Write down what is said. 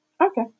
Okay